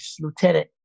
lieutenant